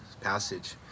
passage